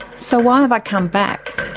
so why have i come back?